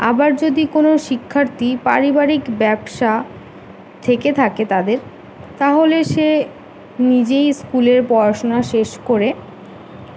আবার যদি কোনও শিক্ষার্থী পারিবারিক ব্যবসা থেকে থাকে তাদের তাহলে সে নিজেই স্কুলের পড়াশোনা শেষ করে